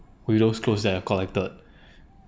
with those clothes that are collected